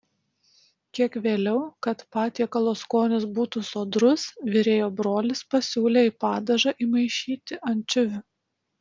kiek vėliau kad patiekalo skonis būtų sodrus virėjo brolis pasiūlė į padažą įmaišyti ančiuvių